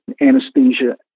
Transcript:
anesthesia